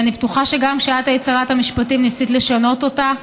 אני בטוחה שגם כשאת היית שרת המשפטים ניסית לשנות אותה.